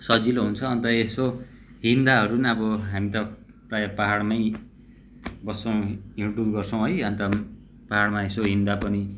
सजिलो हुन्छ अन्त यसो हिँड्दाहरू पनि अब हामी त प्रायः पाहाडमै बस्छौँ हिड्डुल गर्छौँ है अन्त पाहाडमा यसो हिँड्दा पनि